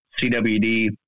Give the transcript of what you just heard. CWD